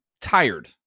tired